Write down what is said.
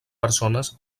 persones